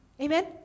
Amen